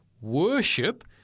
worship